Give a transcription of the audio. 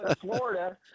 florida